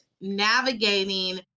navigating